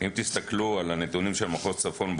אם תסתכלו על הנתונים של מחוז צפון,